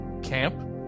camp